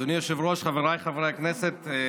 אדוני היושב-ראש, חבריי חברי הכנסת,